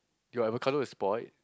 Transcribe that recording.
your avocado is spoilt